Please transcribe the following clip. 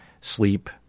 sleep